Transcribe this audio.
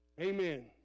Amen